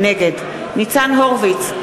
נגד ניצן הורוביץ,